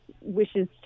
wishes